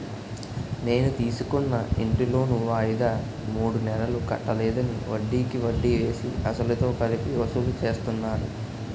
నేను తీసుకున్న ఇంటి లోను వాయిదా మూడు నెలలు కట్టలేదని, వడ్డికి వడ్డీ వేసి, అసలుతో కలిపి వసూలు చేస్తున్నారు